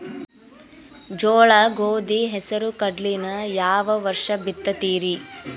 ಜೋಳ, ಗೋಧಿ, ಹೆಸರು, ಕಡ್ಲಿನ ಯಾವ ವರ್ಷ ಬಿತ್ತತಿರಿ?